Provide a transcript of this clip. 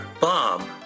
Bob